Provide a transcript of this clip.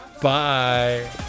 Bye